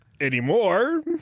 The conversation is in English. Anymore